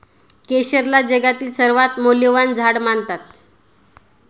केशरला जगातील सर्वात मौल्यवान झाड मानतात